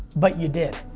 but you did.